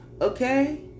Okay